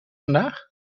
vandaag